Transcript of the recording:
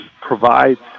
provides